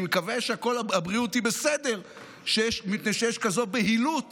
אני מקווה שהבריאות היא בסדר, מפני שיש כזו בהילות